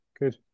Good